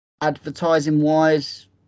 advertising-wise